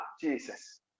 Jesus